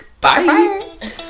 Bye